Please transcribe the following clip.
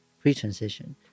pre-transition